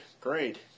Great